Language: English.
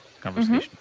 conversation